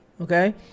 Okay